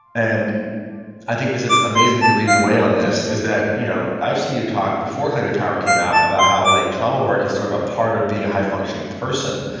and i think this is amazing that you're leading the way on this, is that you know i've seen you talk before claim your power came out about how like trauma work is sort of a part of being a high functioning person.